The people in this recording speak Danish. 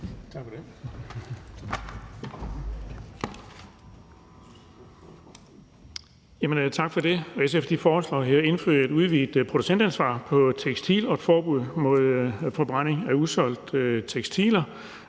Tak for det.